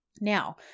Now